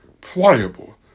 Pliable